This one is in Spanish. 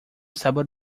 sabor